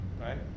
right